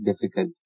difficult